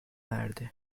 erdi